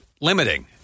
limiting